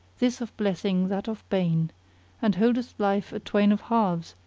this of blessing that of bane and holdeth life a twain of halves,